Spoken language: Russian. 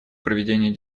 проведению